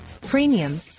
premium